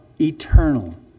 eternal